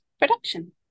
production